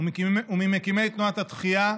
וממקימי תנועת התחיה,